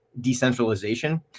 decentralization